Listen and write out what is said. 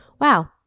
wow